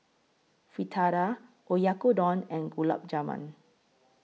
Fritada Oyakodon and Gulab Jamun